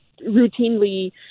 routinely